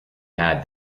had